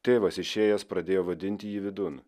tėvas išėjęs pradėjo vadinti jį vidun